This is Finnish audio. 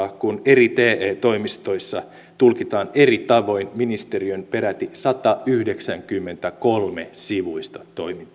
kun eri te toimistoissa tulkitaan eri tavoin ministeriön peräti satayhdeksänkymmentäkolme sivuista toimintaohjetta